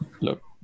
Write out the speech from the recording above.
look